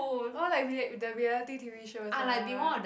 oh like with the reality t_v shows lah